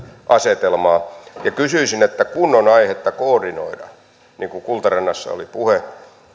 asetelmaa kysyisin että kun on aihetta koordinoida niin kuin kultarannassa oli puhe